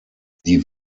die